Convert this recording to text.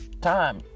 time